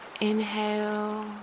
Inhale